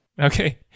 Okay